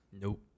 nope